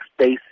space